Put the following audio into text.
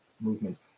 movements